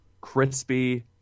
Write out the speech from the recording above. crispy